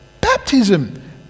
Baptism